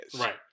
right